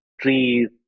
trees